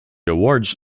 awards